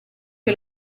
che